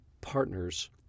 partners